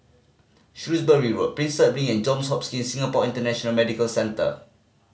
Shrewsbury Road Prinsep Link and Johns Hopkins Singapore International Medical Centre